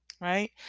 right